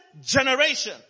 generation